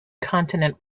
continent